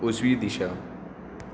उजवी दिशा